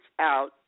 out